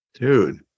Dude